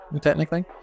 technically